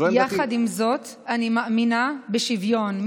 יחד עם זאת, אני מאמינה בשוויון.